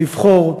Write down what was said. לבחור,